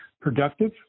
productive